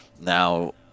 now